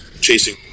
Chasing